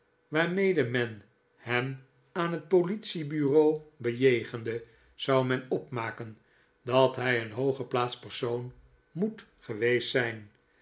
waarmede men hem aan het politie-bureau bejegende zou men opmaken dat hij een hoog geplaatst persoon moet geweest zijn